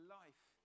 life